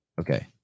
okay